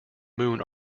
moon